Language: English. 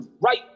right